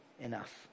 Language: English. enough